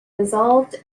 dissolved